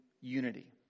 unity